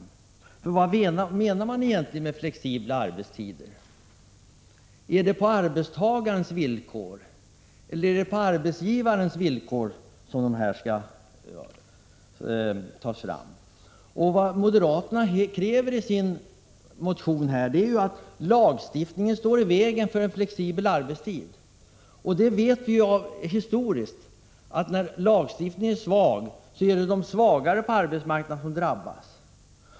Vad menar man egentligen med flexibla arbetstider? Är det på arbetstagarens eller på arbetsgivarens villkor som de skall genomföras? Moderaterna anför i sin motion att lagstiftningen står i vägen för en flexibel arbetstid. Historien lär oss att när lagstiftningen är kraftlös är det de svagare på arbetsmarknaden som drabbas.